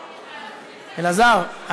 אלעזר,